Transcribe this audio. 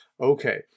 Okay